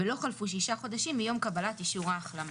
ולא חלפו שישה חודשים מיום קבלת אישור ההחלמה,